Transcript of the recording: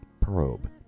probe